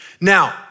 Now